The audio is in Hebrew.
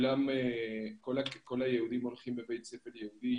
כל היהודים הולכים לבית ספר יהודי,